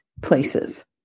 places